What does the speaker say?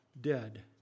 dead